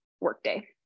workday